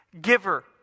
giver